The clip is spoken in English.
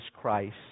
Christ